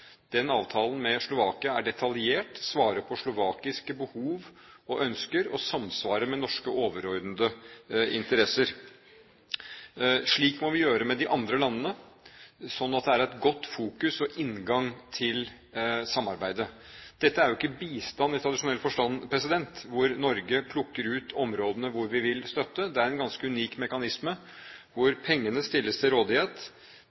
Avtalen med Slovakia er detaljert, svarer på slovakiske behov og ønsker og samsvarer med norske overordnede interesser. Slik må vi gjøre med de andre landene sånn at det er et godt fokus og inngang til samarbeidet. Dette er jo ikke bistand i tradisjonell forstand hvor Norge plukker ut områdene vi vil støtte. Det er en ganske unik mekanisme hvor pengene stilles til rådighet,